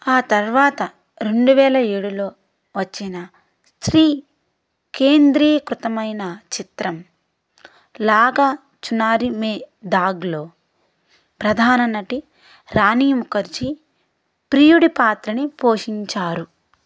ఆ తర్వాత రెండువేల ఏడులో వచ్చిన స్త్రీ కేంద్రీకృతమైన చిత్రం లాగా చునారి మే ధాగ్లో ప్రధాన నటి రాణి ముఖర్జీ ప్రియుడి పాత్రని పోషించారు